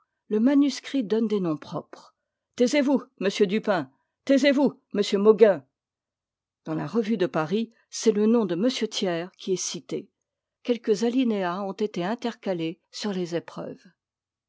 le manuscrit donne des noms propres taisez-vous monsieur dupin taisez-vous monsieur mauguin dans la revue de paris c'est le nom de m thiers qui est cité quelques alinéas ont été intercalés sur les épreuves